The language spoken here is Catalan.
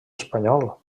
espanyol